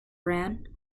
bran